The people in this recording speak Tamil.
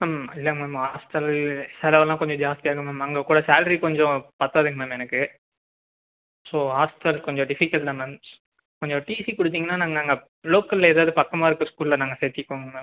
மேம் இல்லை மேம் ஹாஸ்ட்டல்லு செலவெல்லாம் கொஞ்சம் ஜாஸ்தியாகும் மேம் அங்கே கூட சால்ரி கொஞ்சம் பத்தாதுங்க மேம் எனக்கு ஸோ ஹாஸ்ட்டல் கொஞ்சம் டிஃபிகல்ட் தான் மேம் கொஞ்சம் டீசி கொடுத்தீங்கன்னா நாங்கள் அங்கே லோக்கலில் எதாவது பக்கமாக இருக்க ஸ்கூலில் நாங்கள் சேர்த்திப்போங்க மேம்